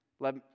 Let